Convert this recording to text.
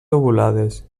lobulades